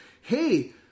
Hey